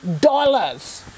dollars